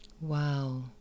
Wow